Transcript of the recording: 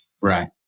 Right